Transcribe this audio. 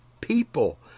people